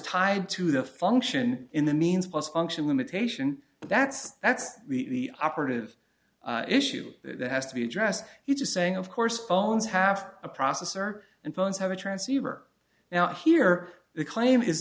tied to the function in the means post function limitation but that's that's the operative issue that has to be addressed he just saying of course phones have a processor and phones have a transceiver now here the claim is